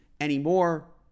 anymore